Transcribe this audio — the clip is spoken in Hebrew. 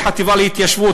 לחטיבה להתיישבות,